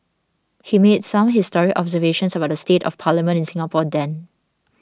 he made some historic observations about the state of Parliament in Singapore then